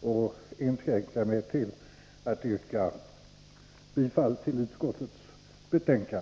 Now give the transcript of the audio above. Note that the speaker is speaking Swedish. och inskränka mig till att yrka bifall till utskottets hemställan.